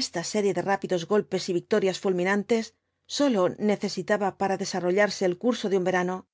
esta serie de rápidos golpes y victorias fulminantes sólo ne esitaba para desarrollarse el curso de un verano